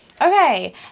Okay